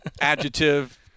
adjective